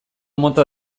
mota